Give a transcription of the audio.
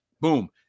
boom